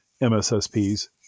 MSSPs